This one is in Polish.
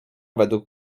według